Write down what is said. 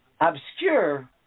obscure